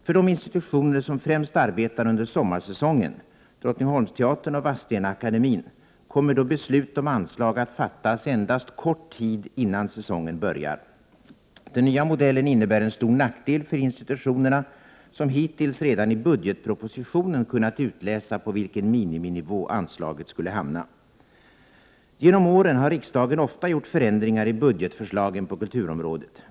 För de institutioner som främst arbetar under sommarsäsongen — Drottningholmsteatern och Vadstenaakademien— kommer då beslut om anslag att fattas endast en kort tid innan säsongen börjar. Den nya modellen innebär en stor nackdel för institutionerna, eftersom de hittills redan i budgetpropositionen kunnat utläsa på vilken miniminivå anslaget skulle hamna. Genom åren har riksdagen ofta gjort förändringar i budgetförslagen på kulturområdet.